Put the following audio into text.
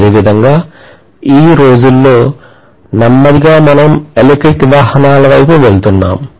అదేవిధంగా ఈ రోజులో నెమ్మదిగా మనం ఎలక్ట్రిక్ వాహనాల వైపు వెళ్తున్నాము